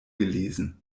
gelesen